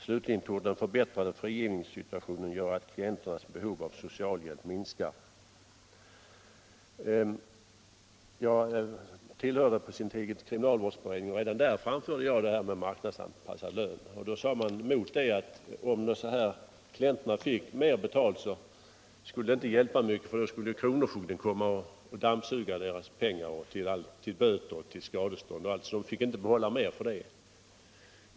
Slutligen torde den förbättrade frigivningssituationen göra att klienternas behov av socialhjälp minskar.” Jag tillhörde på sin tid kriminalvårdsberedningen, och redan där framförde jag frågan om marknadsanpassad lön. Då sade man mot förslaget att om klienterna fick mer betalt skulle det inte hjälpa mycket, för då skulle kronofogden komma och dammsuga deras plånbok. Pengarna skulle då gå till böter, skadestånd osv., och klienterna skulle inte få behålla mer för det.